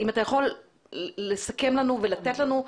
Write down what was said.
אם אתה יכול לסכם לנו ולתת לנו.